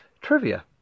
trivia